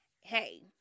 hey